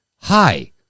hi